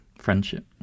friendship